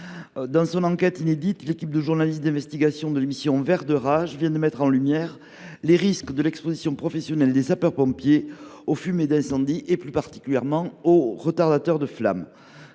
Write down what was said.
Dans une enquête inédite, l’équipe de journalistes d’investigation de l’émission vient de mettre en lumière les risques de l’exposition professionnelle des sapeurs pompiers aux fumées d’incendies et plus particulièrement aux retardateurs de flammes.